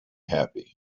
happy